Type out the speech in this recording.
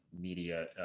media